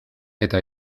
eta